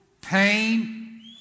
Pain